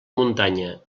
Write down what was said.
muntanya